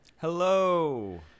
hello